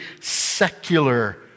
secular